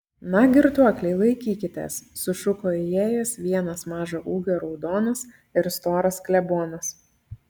na girtuokliai laikykitės sušuko įėjęs vienas mažo ūgio raudonas ir storas klebonas